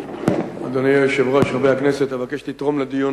אדוני היושב-ראש, חברי הכנסת, אבקש לתרום לדיון